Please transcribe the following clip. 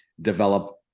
develop